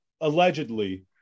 allegedly